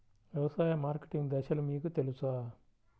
వ్యవసాయ మార్కెటింగ్ దశలు మీకు తెలుసా?